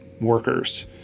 workers